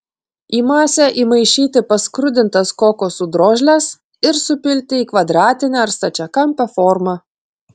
į masę įmaišyti paskrudintas kokosų drožles ir supilti į kvadratinę ar stačiakampę formą